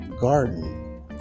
Garden